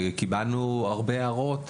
קיבלנו הרבה הערות,